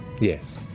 Yes